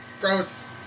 Gross